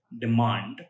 demand